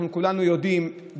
אנחנו כולנו יודעים,